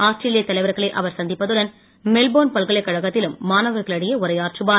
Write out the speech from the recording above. ஆஸ்திரேலியத் தலைவர்களை அவர் சந்திப்பதுடன் மெல்போர்ன் பல்கலைக்கழகத்திலும் மாணவர்களிடையே உரையாற்றுவார்